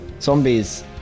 zombies